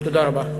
תודה רבה.